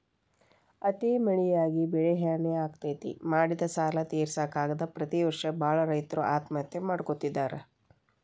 ಅತಿ ಮಳಿಯಾಗಿ ಬೆಳಿಹಾನಿ ಆಗ್ತೇತಿ, ಮಾಡಿದ ಸಾಲಾ ತಿರ್ಸಾಕ ಆಗದ ಪ್ರತಿ ವರ್ಷ ಬಾಳ ರೈತರು ಆತ್ಮಹತ್ಯೆ ಮಾಡ್ಕೋತಿದಾರ